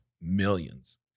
millions